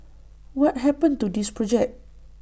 what happened to this project